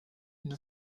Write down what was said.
une